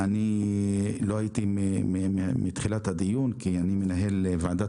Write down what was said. אני לא הייתי מתחילת הדיון כי אני מנהל את ועדת